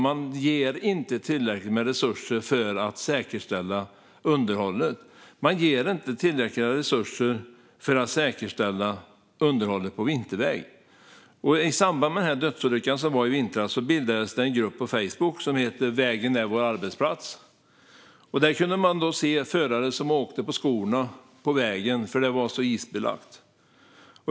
Man ger inte tillräckligt med resurser för att säkerställa underhållet. Man ger inte tillräckliga resurser för att säkerställa underhållet på vinterväg. I samband med dödsolyckan i vintras bildades det en grupp på Facebook som heter: Vägen är vår arbetsplats!!! Där kunde man se förare som åkte på skorna på vägen, för den var isbelagd.